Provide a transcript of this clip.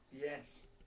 yes